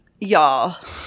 Y'all